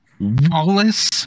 Wallace